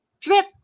Drip